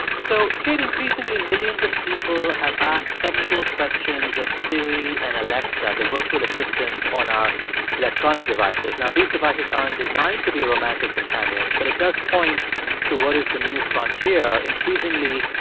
so, kate, increasingly, millions of people have asked sexual questions of siri and alexa, the virtual assistants on our electronic devices. now, these devices aren't designed to be romantic companions, but it does point to what is the new frontier. increasingly,